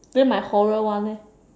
then my horror one eh